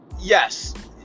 yes